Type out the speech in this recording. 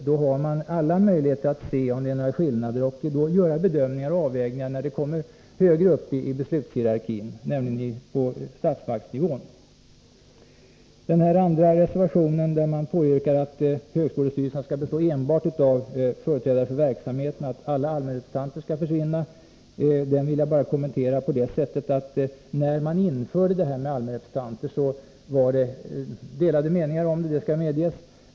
Då har man alla möjligheter att se om det är några skillnader och göra bedömningar och avvägningar när det kommer högre upp i beslutshierarkin, nämligen på statsmaktsnivå. I reservation 2 föreslås att högskolestyrelserna skall bestå enbart av företrädare för verksamheten och att alla allmänrepresentanter skall försvinna. Det vill jag bara kommentera på det sättet att när vi införde detta med allmänrepresentanter, var det delade meningar om det — det skall medges.